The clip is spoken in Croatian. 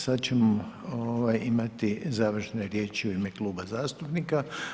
Sad ćemo imati završne riječi u ime Kluba zastupnika.